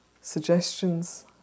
suggestions